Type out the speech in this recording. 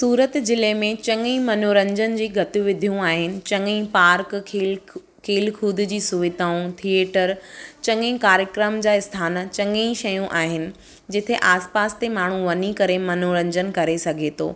सूरत जिले में चङई मनोरंजन जी गतिविधियूं आहिनि चङई पार्क खेल कु खेल कूद जी सुविधाऊं थिएटर चङई कार्यक्रम जा आस्थान चङई शयूं आहिनि जिते आस पास ते माण्हू वञी करे मनोरंजन करे सघे थो